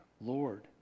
Lord